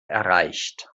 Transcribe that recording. erreicht